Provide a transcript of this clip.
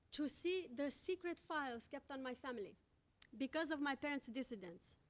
to see the secret files kept on my family because of my parents' dissidence.